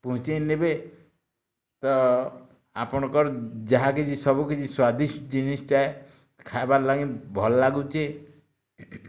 ପୁହଞ୍ଚେଇ ନେବେ ତ ଆପଣଙ୍କର ଯାହା କିଛି ସବୁ କିଛି ସ୍ୱାଦିଷ୍ଟ ଜିନିଷ୍ଟା ଖାଇବାର୍ ଲାଗି ଭଲ୍ ଲାଗୁଛି